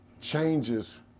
changes